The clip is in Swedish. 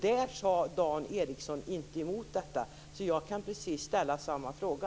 Där sade Dan Ericsson inte emot detta. Jag kan alltså ställa precis samma fråga.